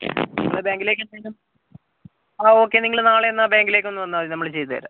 നിങ്ങൾ ബാങ്കിലേക്ക് എന്തെങ്കിലും ആ ഓക്കെ നിങ്ങള് നാളെ എന്നാൽ ബാങ്കിലേക്ക് ഒന്ന് വന്നാൽ മതി നമ്മള് ചെയ്ത് തരാം